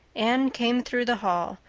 anne came through the hall,